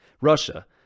Russia